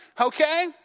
okay